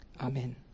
Amen